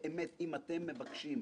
קצת סבלנות להם.